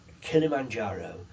Kilimanjaro